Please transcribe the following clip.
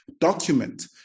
document